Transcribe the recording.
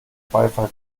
beifall